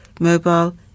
mobile